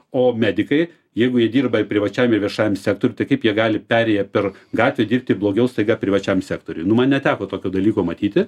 o medikai jeigu jie dirba ir privačiam ir viešajam sektoriuj tai kaip jie gali perėję per gatvę dirbti blogiau staiga privačiam sektoriuj nu man neteko tokio dalyko matyti